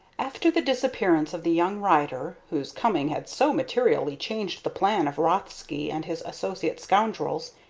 after the disappearance of the young rider, whose coming had so materially changed the plan of rothsky and his associate scoundrels,